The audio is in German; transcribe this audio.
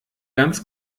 ganz